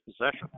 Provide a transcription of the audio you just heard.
possession